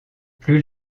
plus